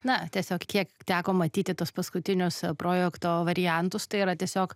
na tiesiog kiek teko matyti tuos paskutinius projekto variantus tai yra tiesiog